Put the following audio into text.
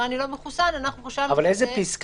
אני לא מחוסן אנחנו חשבנו -- אבל איזו פסקה?